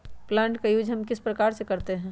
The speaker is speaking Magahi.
प्लांट का यूज हम किस प्रकार से करते हैं?